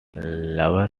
lover